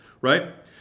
Right